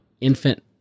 infant